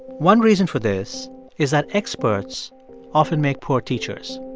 one reason for this is that experts often make poor teachers.